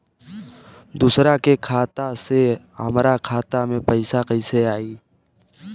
दूसरा के खाता से हमरा खाता में पैसा कैसे आई?